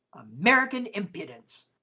american impudence!